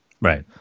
Right